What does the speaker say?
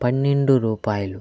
పన్నెండు రూపాయలు